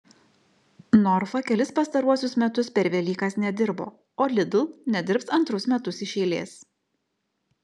norfa kelis pastaruosius metus per velykas nedirbo o lidl nedirbs antrus metus iš eilės